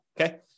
Okay